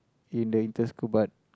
in the inter school but